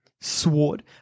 Sword